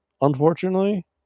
unfortunately